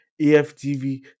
AFTV